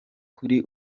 kuri